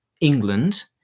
England